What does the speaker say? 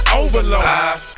overload